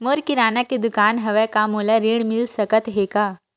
मोर किराना के दुकान हवय का मोला ऋण मिल सकथे का?